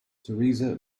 teresa